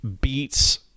beats